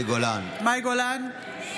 גולן,